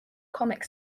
comic